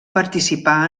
participar